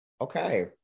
Okay